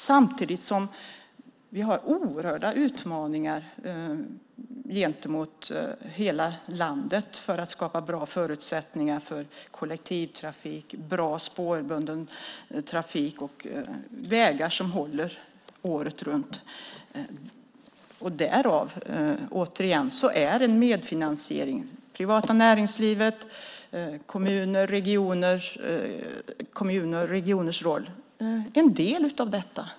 Samtidigt har vi oerhörda utmaningar gentemot hela landet när det gäller att skapa bra förutsättningar för bra kollektivtrafik, bra spårbunden trafik och vägar som håller året runt. Återigen är medfinansieringen - det privata näringslivet, kommuner och regioner - en del av detta.